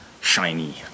shiny